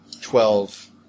twelve